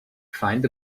find